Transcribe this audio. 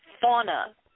Fauna